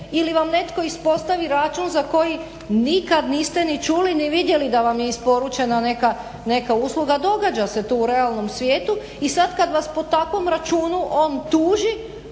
ili vam netko ispostavi račun za koji nikad niste ni čuli ni vidjeli da vam je isporučena neka usluga. Događa se to u realnom svijetu i sad kad vas po takvom računu on tuži,